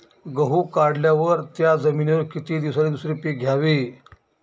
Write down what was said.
गहू काढल्यावर त्या जमिनीवर किती दिवसांनी दुसरे पीक घ्यावे?